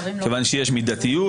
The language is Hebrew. כיוון שיש מידתיות,